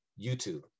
YouTube